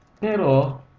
Pero